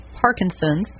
Parkinson's